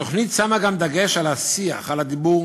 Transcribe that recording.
התוכנית שמה גם דגש על השיח הדבור,